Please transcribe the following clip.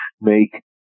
make